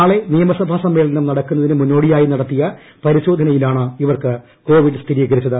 നാളെ നിയമസഭാ സമ്മേളനം നടക്കുന്നതിനു മുന്നോടിയായി നടത്തിയ പരിശോധനയിലാണ് ഇവർക്ക് കോവിഡ് സ്ഥിരീകരിച്ചത്